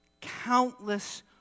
countless